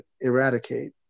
eradicate